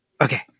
Okay